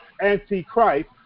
anti-Christ